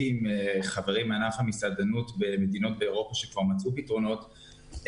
עם חברים מענף המסעדנות בחו"ל שכבר מצאו פתרונות,